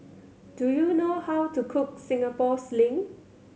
do you know how to cook Singapore Sling